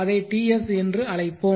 அதை TS என்று அழைப்போம்